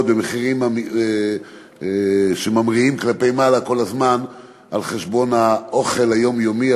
במחירים שמאמירים כל הזמן על חשבון האוכל היומיומי,